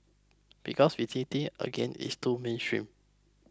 because visiting again is too mainstream